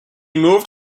moved